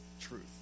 truth